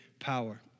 Power